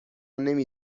نمی